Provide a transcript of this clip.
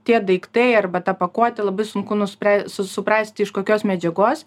tie daiktai arba ta pakuotė labai sunku nuspręs su suprasti iš kokios medžiagos